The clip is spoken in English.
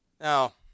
Now